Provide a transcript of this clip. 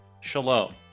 shalom